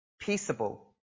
peaceable